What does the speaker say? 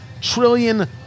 trillion